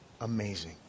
Amazing